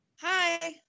Hi